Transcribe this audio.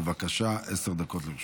בבקשה, עשר דקות לרשותך.